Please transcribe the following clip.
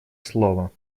слово